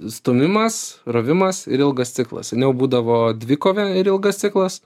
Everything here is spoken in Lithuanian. stūmimas rovimas ir ilgas ciklas seniau būdavo dvikovė ir ilgas ciklas